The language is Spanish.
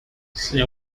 sea